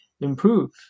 improve